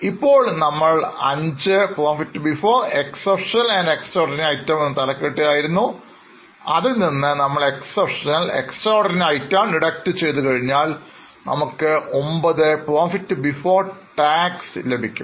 ഇപ്പോൾ നമ്മൾ V Profit before exceptional extraordinary items എന്ന തലക്കെട്ടിൽ ആയിരുന്നു അതിൽനിന്നും നമ്മൾ exceptional extraordinary items കുറച്ചു കഴിഞ്ഞാൽ നമുക്ക് IX profit before tax ലഭിക്കും